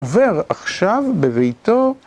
עובר עכשיו בביתו